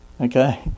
okay